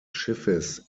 schiffes